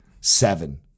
seven